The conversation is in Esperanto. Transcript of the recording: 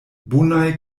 bonaj